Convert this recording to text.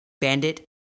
bandit